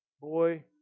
boy